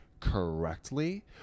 correctly